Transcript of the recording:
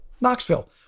Knoxville